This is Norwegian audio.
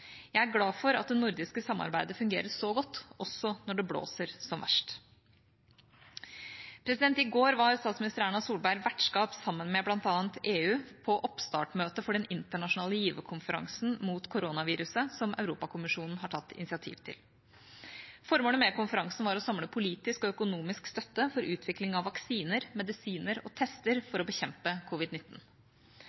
Jeg er glad for at det nordiske samarbeidet fungerer så godt – også når det blåser som verst. I går var statsminister Erna Solberg vertskap, sammen med bl.a. EU, på oppstartsmøtet for den internasjonale giverkonferansen mot koronaviruset, som Europakommisjonen hadde tatt initiativ til. Formålet med konferansen var å samle politisk og økonomisk støtte for utvikling av vaksiner, medisiner og tester